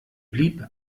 blieb